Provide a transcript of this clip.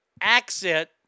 accent